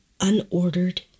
unordered